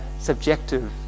subjective